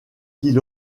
qu’il